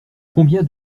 combien